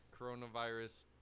coronavirus